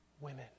women